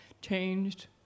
changed